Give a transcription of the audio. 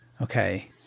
Okay